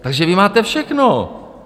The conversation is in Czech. Takže vy máte všechno.